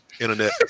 internet